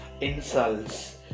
insults